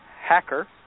Hacker